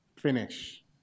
finish